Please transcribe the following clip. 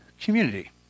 community